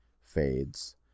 fades